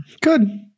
Good